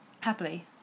happily